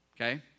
Okay